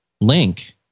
link